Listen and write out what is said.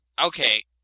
Okay